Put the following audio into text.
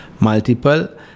multiple